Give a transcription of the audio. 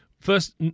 First